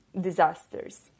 disasters